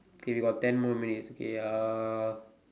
okay about ten more minutes okay uh